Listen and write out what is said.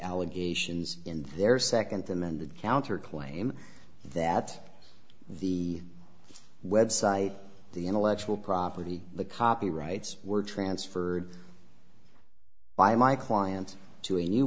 allegations in their second to amend the counter claim that the website the intellectual property the copyrights were transferred by my client to a new